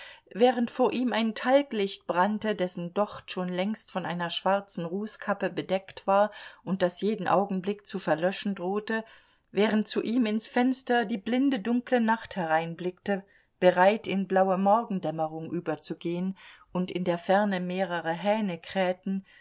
während vor ihm ein talglicht brannte dessen docht schon längst von einer schwarzen rußkappe bedeckt war und das jeden augenblick zu verlöschen drohte während zu ihm ins fenster die blinde dunkle nacht hereinblickte bereit in blaue morgendämmerung überzugehen und in der ferne mehrere hähne krähten